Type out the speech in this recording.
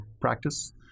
practice